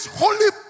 holy